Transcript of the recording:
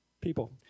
people